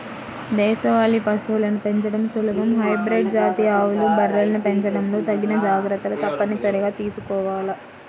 దేశవాళీ పశువులను పెంచడం సులభం, హైబ్రిడ్ జాతి ఆవులు, బర్రెల్ని పెంచడంలో తగిన జాగర్తలు తప్పనిసరిగా తీసుకోవాల